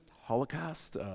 holocaust